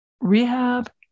Rehab